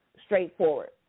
straightforward